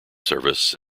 service